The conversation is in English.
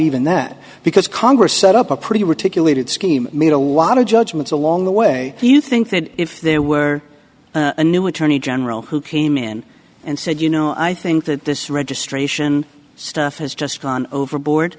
even that because congress set up a pretty ridiculous scheme made a lot of judgments along the way you think that if there were a new attorney general who came in and said you know i think that this registration stuff has just gone overboard